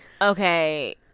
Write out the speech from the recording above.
Okay